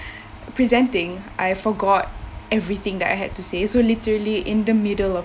presenting I forgot everything that I had to say so literally in the middle of